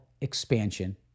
expansion